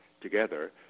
together